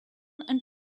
and